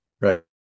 Right